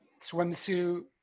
swimsuit